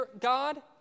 God